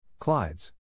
Clydes